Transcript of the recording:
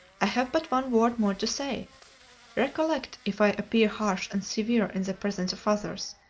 i have but one word more to say recollect, if i appear harsh and severe in the presence of others,